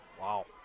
Wow